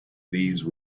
these